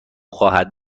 خواهد